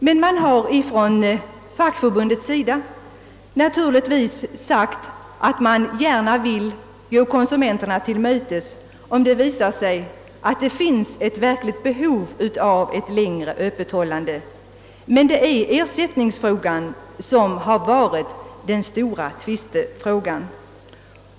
De anställdas fackförbund, Handels, har emellertid framhållit, att man gärna vill gå konsumen terna till mötes, om det visar sig att det finns ett verkligt behov av ett längre öppethållande. Det är emellertid ersättningsfrågan som varit det stora tvisteämnet.